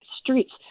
streets